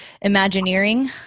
imagineering